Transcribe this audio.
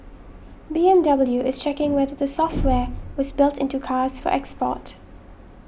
B M W is checking whether the software was built into cars for export